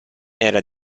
era